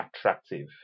attractive